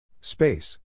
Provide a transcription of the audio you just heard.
Space